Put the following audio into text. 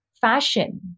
fashion